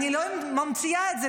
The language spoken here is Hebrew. אני לא ממציאה את זה,